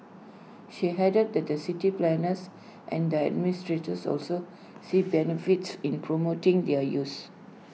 she added that the city planners and the administrators also see benefits in promoting their use